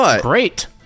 Great